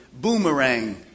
boomerang